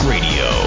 Radio